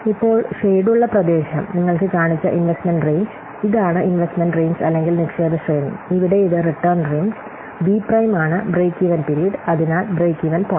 ഇപ്പോൾ ഷേഡുള്ള പ്രദേശം നിങ്ങൾക്ക് കാണിച്ച ഇൻവെസ്റ്റ്മെൻറ് റേഞ്ച് ഇതാണ് ഇൻവെസ്റ്റ്മെൻറ് റേഞ്ച് അല്ലെങ്കിൽ നിക്ഷേപ ശ്രേണി ഇവിടെ ഇത് റിട്ടേൺ റേഞ്ച് ബി പ്രൈം ആണ് ബ്രേക്ക് ഈവൻ പിരീഡ് അതിനാൽ ബ്രേക്ക്വെൻ പോയിന്റ്